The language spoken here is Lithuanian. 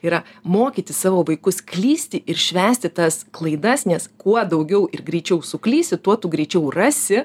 yra mokyti savo vaikus klysti ir švęsti tas klaidas nes kuo daugiau ir greičiau suklysi tuo tu greičiau rasi